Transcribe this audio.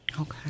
Okay